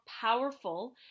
powerful